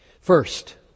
First